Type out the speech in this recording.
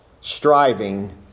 striving